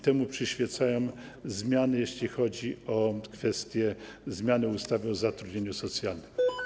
Temu przyświecają zmiany, jeśli chodzi o kwestie zmiany ustawy o zatrudnieniu socjalnym.